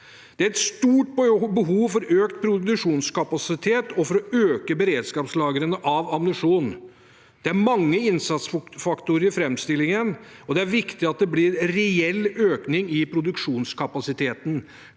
Det er et stort behov for økt produksjonskapasitet og for å øke beredskapslagrene av ammunisjon. Det er mange innsatsfaktorer i framstillingen, og det er viktig at det blir reell økning i produksjonskapasiteten.